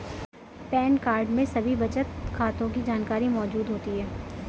pan card में सभी बचत खातों की जानकारी मौजूद होती है